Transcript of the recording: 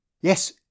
Yes